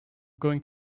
going